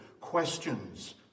questions